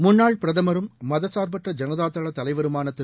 முன்னாள் பிரதமரும் மதச்சார்பற்ற ஜனதா தள தலைவருமான திரு